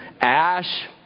Ash